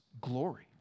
glory